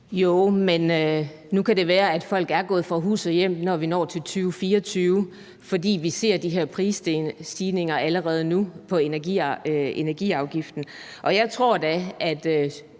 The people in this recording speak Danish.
Jo, men nu kan det være, at folk er gået fra hus og hjem, når vi når til 2024, for vi ser allerede nu de her prisstigninger på energiafgiften. Og jeg tror da, at